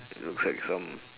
it looks like some